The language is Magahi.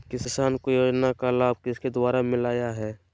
किसान को योजना का लाभ किसके द्वारा मिलाया है?